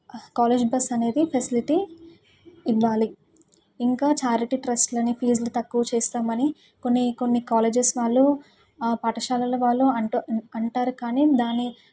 college bus అనేది facility ఇవ్వాలి ఇంకా ఛారిటీ ట్రస్ట్లని ఫీజులు తక్కువ చేస్తామని కొన్ని కొన్ని కాలేజస్ వాళ్ళు పాఠశాలల వాళ్ళు అంటూ అంటారు కానీ దాని